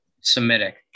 Semitic